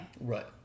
right